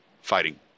fighting